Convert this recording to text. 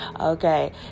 okay